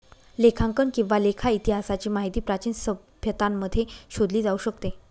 लेखांकन किंवा लेखा इतिहासाची माहिती प्राचीन सभ्यतांमध्ये शोधली जाऊ शकते